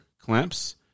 clamps